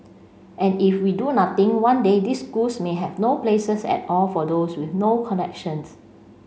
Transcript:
and if we do nothing one day these schools may have no places at all for those with no connections